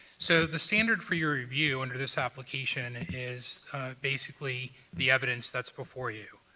so the standard for your review under this application is basically the evidence that's before you.